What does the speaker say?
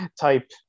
type